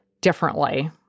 differently